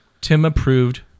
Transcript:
Tim-approved